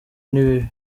nibibi